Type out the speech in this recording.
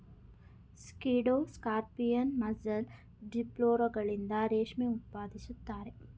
ಸ್ಕಿಡ್ಡೋ scorpion, mussel, ಡಿಪ್ಲುರಗಳಿಂದ ರೇಷ್ಮೆ ಉತ್ಪಾದಿಸುತ್ತಾರೆ